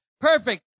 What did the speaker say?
perfect